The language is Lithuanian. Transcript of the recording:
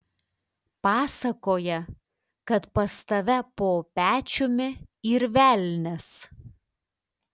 pasakoja kad pas tave po pečiumi yr velnias